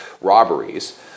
robberies